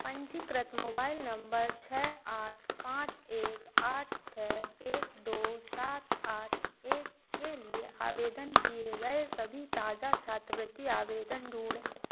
पंजीकृत mobile number छः आठ पाँच एक आठ छः एक दो सात आठ एक के लिए आवेदन किए गए सभी ताजा छात्रवृत्ति आवेदन ढूँढें